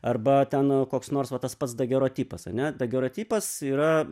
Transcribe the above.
arba ten koks nors va tas pats dagerotipas ane dagero tipas yra